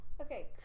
Okay